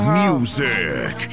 music